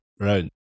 Right